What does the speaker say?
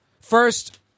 First